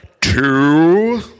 two